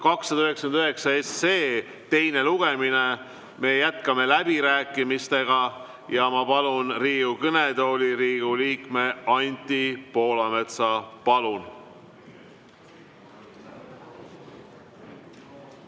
299 teine lugemine. Me jätkame läbirääkimistega ja ma palun Riigikogu kõnetooli Riigikogu liikme Anti Poolametsa. Palun!